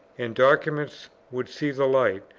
and documents would see the light,